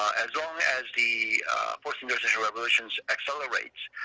as long as the fourth industrial revolution accelerates.